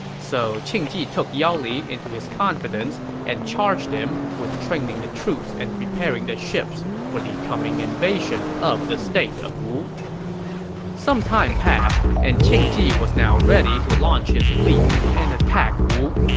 so qing ji took yao li into his confidence and charged him with training the troops and preparing the ships for the coming invasion of the state of wu some time passed, and qing ji was now ready to launch his fleet and attack wu.